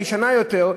הישנה יותר,